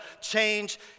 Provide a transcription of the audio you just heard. change